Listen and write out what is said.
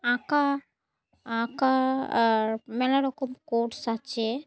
আঁকা আঁকার মেলারকম কোর্স আছে